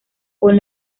con